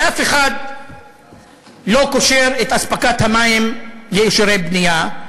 ואף אחד לא קושר את אספקת המים לאישורי בנייה.